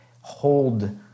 hold